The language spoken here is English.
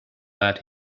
that